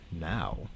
now